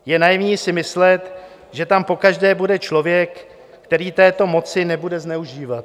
Je naivní si myslet, že tam pokaždé bude člověk, který této moci nebude zneužívat.